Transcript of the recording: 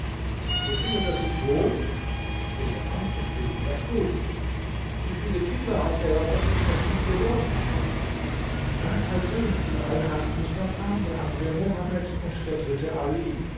befindet er sich wohl o ja es geht ihm recht gut wie viele kinder hat er und was ist aus ihnen geworden er hat drei söhne der eine heißt mustafa der andere mohammed und der dritte ali